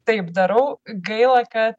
taip darau gaila kad